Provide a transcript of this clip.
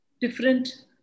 different